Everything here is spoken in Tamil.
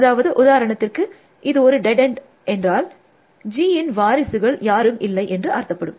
அதாவது உதாரணத்திற்கு இது ஒரு டெட் என்ட் என்றால் Gயின் வாரிசுகள் யாரும் இல்லை என்று அர்த்தப்படும்